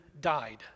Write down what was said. died